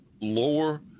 lower